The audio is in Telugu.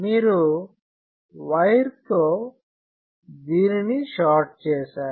మీరు వైర్ తో దీనిని షార్ట్ చేశారు